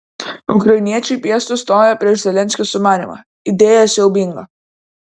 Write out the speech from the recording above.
ukrainiečiai piestu stoja prieš zelenskio sumanymą idėja siaubinga